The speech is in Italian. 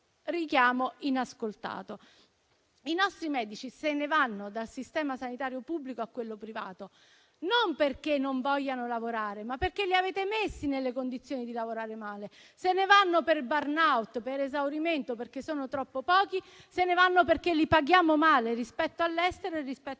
richiamo inascoltato. I nostri medici passano dal sistema sanitario pubblico a quello privato non perché non vogliano lavorare, ma perché li avete messi nelle condizioni di lavorare male; se ne vanno per *burnout*, per esaurimento, perché sono troppo pochi; se ne vanno perché li paghiamo male rispetto all'estero e rispetto